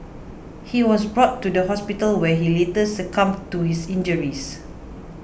he was brought to the hospital where he later succumbed to his injuries